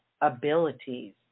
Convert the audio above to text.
abilities